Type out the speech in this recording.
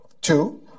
Two